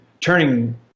turning